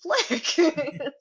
flick